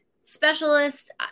Specialist